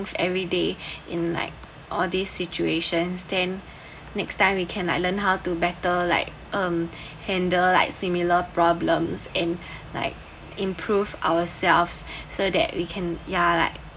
if every day in like all these situations then next time we can like learn how to better like um handle like similar problems in like improve ourselves so that we can ya like